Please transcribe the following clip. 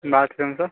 bathroom सब